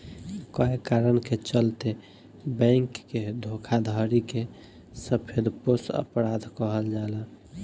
कए कारण के चलते बैंक के धोखाधड़ी के सफेदपोश अपराध कहल जाला